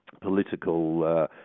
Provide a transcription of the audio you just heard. political